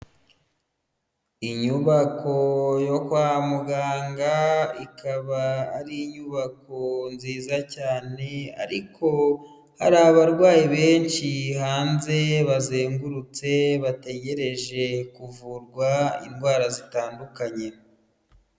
Inyubako yo kwa muganga, ikaba ari inyubako nziza cyane ariko hari abarwayi benshi hanze bazengurutse bategereje kuvurwa indwara zitandukanye.